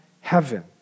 heaven